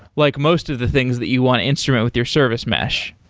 like most of the things that you want instrument with your service mesh.